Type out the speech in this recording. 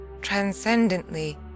transcendently